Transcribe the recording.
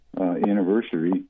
anniversary